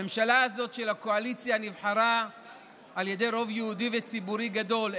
הממשלה הזאת של הקואליציה נבחרה על ידי רוב יהודי וציבורי גדול,